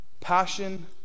passion